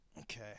Okay